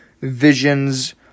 Visions